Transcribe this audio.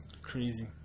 Crazy